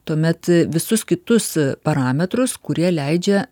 tuomet visus kitus parametrus kurie leidžia